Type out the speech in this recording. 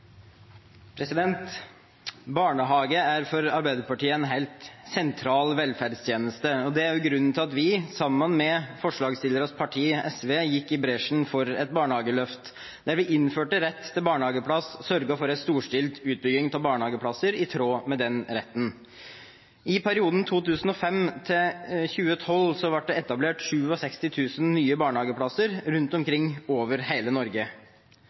grunnen til at vi, sammen med forslagsstillernes parti, SV, gikk i bresjen for et barnehageløft der vi innførte rett til barnehageplass og sørget for en storstilt utbygging av barnehageplasser i tråd med den retten. I perioden 2005–2012 ble det etablert 67 000 nye barnehageplasser rundt omkring i hele Norge.